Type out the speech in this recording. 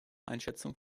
einschätzung